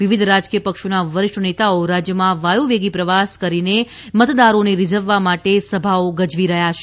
વિવધ રાજકીય પક્ષોના વરિષ્ઠ નેતાઓ રાજયમાં વાયુવેગી પ્રવાસ કરીને મતદારોને રિઝવવા માટે સભાઓ ગજવી રહ્યા છે